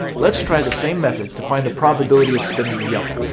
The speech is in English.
let's try the same method to find the probability of spinning a yellow.